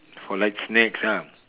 for light snacks ah